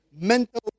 mental